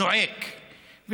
זועק,